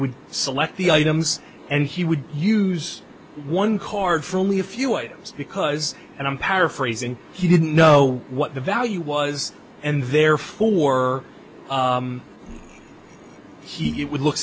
would select the items and he would use one card from lee a few items because and i'm paraphrasing he didn't know what the value was and therefore he would look